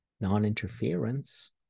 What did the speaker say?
non-interference